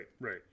right